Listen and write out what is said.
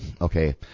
Okay